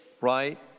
right